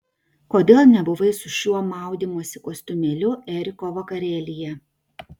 kodėl nebuvai su šiuo maudymosi kostiumėliu eriko vakarėlyje